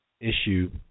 issue